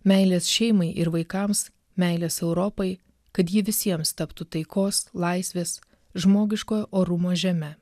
meilės šeimai ir vaikams meilės europai kad ji visiems taptų taikos laisvės žmogiškojo orumo žeme